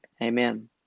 Amen